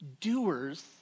doers